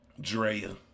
Drea